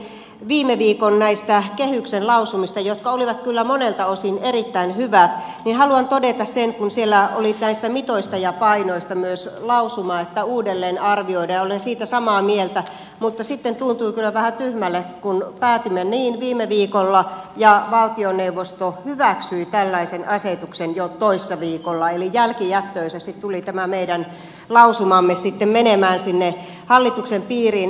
ensinnäkin viime viikon näistä kehyksen lausumista jotka olivat kyllä monelta osin erittäin hyvät haluan todeta sen että siellä oli näistä mitoista ja painoista myös lausuma että uudelleen arvioidaan ja olen siitä samaa mieltä mutta sitten tuntui kyllä vähän tyhmälle kun päätimme niin viime viikolla ja valtioneuvosto hyväksyi tällaisen asetuksen jo toissa viikolla eli jälkijättöisesti tuli tämä meidän lausumamme sitten menemään sinne hallituksen piiriin